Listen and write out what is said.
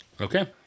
Okay